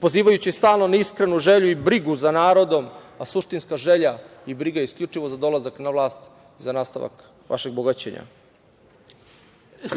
pozivajući stalno na iskrenu želju i brigu za narodom, a suštinska je želja i briga isključivo za dolazak na vlast, za nastavak vašeg bogaćenja.